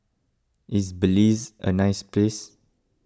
is Belize a nice place